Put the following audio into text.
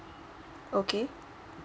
okay